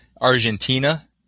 Argentina